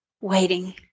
waiting